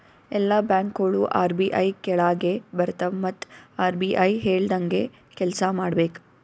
ಎಲ್ಲಾ ಬ್ಯಾಂಕ್ಗೋಳು ಆರ್.ಬಿ.ಐ ಕೆಳಾಗೆ ಬರ್ತವ್ ಮತ್ ಆರ್.ಬಿ.ಐ ಹೇಳ್ದಂಗೆ ಕೆಲ್ಸಾ ಮಾಡ್ಬೇಕ್